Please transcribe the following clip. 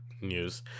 news